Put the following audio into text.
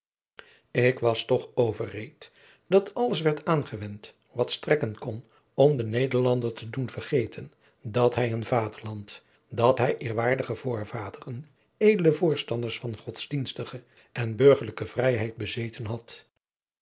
ik was toch overreed dat alles werd aangewend wat strekken kon om den nederlander te doen vergeten dat hij een vaderadriaan loosjes pzn het leven van hillegonda buisman land dat hij eerwaardige voorvaderen edele voorstanders van godsdienstige en burgerlijke vrijheid bezeten had